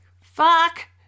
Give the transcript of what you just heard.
fuck